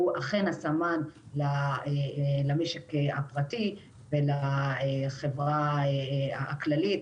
והוא אכן הסמן למשק הפרטי ולחברה הכללית.